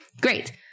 Great